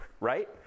right